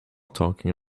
talking